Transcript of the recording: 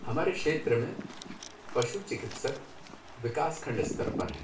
हमारे क्षेत्र में पशुचिकत्सक विकास खंड स्तर पर हैं